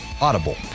Audible